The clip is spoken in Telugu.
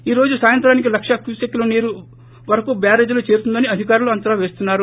ఈ రోజు సాయంత్రానికి లక్ష క్యూసెక్కుల నీరు వరకు బ్యారేజిలో చేరుతుందని అధికారులు అంచనా పేస్తున్నారు